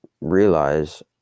realize